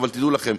אבל תדעו לכם,